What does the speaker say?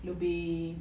lebih